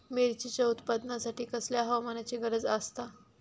मिरचीच्या उत्पादनासाठी कसल्या हवामानाची गरज आसता?